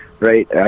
Right